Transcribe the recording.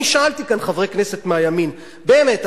אני שאלתי כאן חברי כנסת מהימין: באמת,